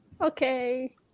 Okay